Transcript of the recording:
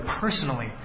personally